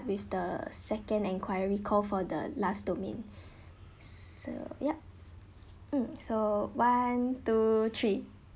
with the second enquiry call for the last domain so yup mm so one two three